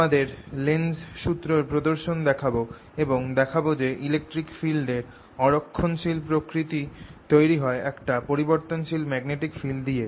তোমাদের লেন্জস সুত্র এর প্রদর্শন দেখাব এবং দেখাব যে ইলেকট্রিক ফিল্ড এর অ রক্ষণশীল প্রকৃতি তৈরি হয় একটা পরিবর্তনশীল ম্যাগনেটিক ফিল্ড দিয়ে